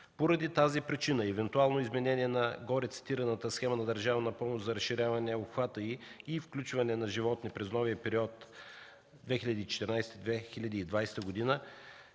Поради тази причина и евентуално изменение на горецитираната схема за държавна помощ за разширяване на обхвата й и включване на животни през новия период 2014-2020 г.,